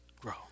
grow